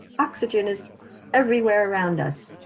oxygen is everywhere around us,